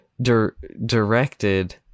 directed